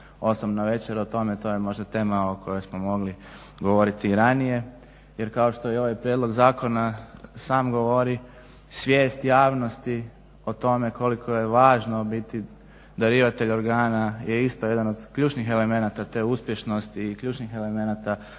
navečer o tome, to je možda tema o kojoj smo mogli govoriti i ranije jer kao što i ovaj prijedlog zakona sam govori svijest javnosti o tome koliko je važno biti darivatelj organa je isto jedan od ključnih elemenata te uspješnosti i ključnih elemenata